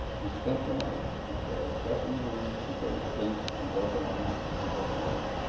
he spent the night, he said, dressing wounds and putting splints on broken arms and broken legs.